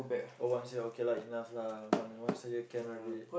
oh once a year okay lah enough lah one once a year can already